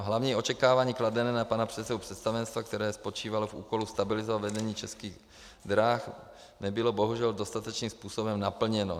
Hlavní očekávání kladené na pana předsedu představenstva, které spočívalo v úkolu stabilizovat vedení Českých drah, nebylo bohužel dostatečným způsobem naplněno.